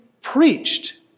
preached